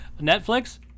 Netflix